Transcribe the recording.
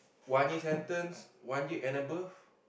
one year sentence one year and above